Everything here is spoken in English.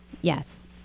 Yes